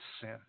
sin